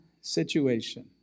situation